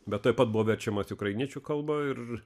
bet taip pat buvo verčiamas ukrainiečių kalba ir